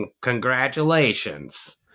Congratulations